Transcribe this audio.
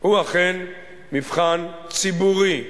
הוא אכן מבחן ציבורי,